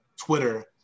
Twitter